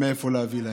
מאיפה להביא להם.